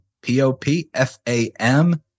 P-O-P-F-A-M